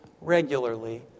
regularly